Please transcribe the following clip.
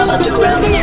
Underground